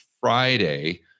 Friday